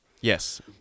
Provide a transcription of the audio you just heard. Yes